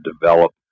develop